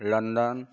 London